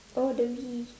oh the whey